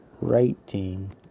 writing